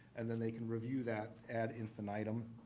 and then they can review that ad infinitum.